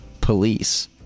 police